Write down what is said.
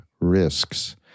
risks